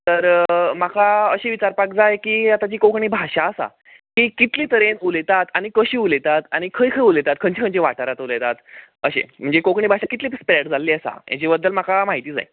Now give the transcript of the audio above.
तर म्हाका अशें विचारपाक जाय की आतां जी कोंकणी भाशा आसा ती कितले तरेन उलयतात आनी कशी उलयतात आनी खंय खंय उलयतात खंयचे खंयचे वाठारांत उलयतात अशें म्हणजे कोंकणी भाशा कितली स्प्रेड जाल्ली आसा अशें हेजे बद्दल म्हाका म्हायती जाय